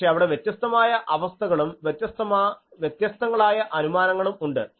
പക്ഷേ അവിടെ വ്യത്യസ്തമായ അവസ്ഥകളും വ്യത്യസ്തങ്ങളായ അനുമാനങ്ങളും ഉണ്ട്